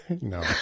No